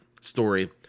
story